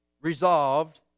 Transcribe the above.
resolved